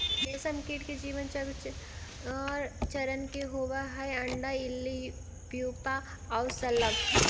रेशमकीट के जीवन चक्र चार चरण के होवऽ हइ, अण्डा, इल्ली, प्यूपा आउ शलभ